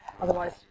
Otherwise